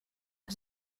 que